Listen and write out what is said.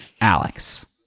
Alex